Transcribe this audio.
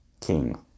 king